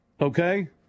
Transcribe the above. Okay